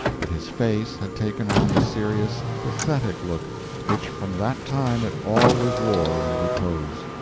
but his face had taken on the serious, pathetic look which from that time it always wore in repose.